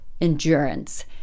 endurance